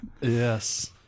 Yes